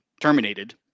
terminated